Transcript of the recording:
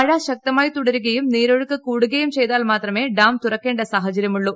മഴ ശക്തമായി തുടരുകയും നീരൊഴുക്ക് കൂടുകയും ചെയ്താൽ മാത്രമേ ഡാം തുറക്കേണ്ട സാഹചര്യമുള്ളൂ